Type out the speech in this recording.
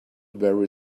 very